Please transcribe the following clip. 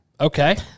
okay